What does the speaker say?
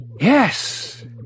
Yes